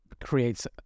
creates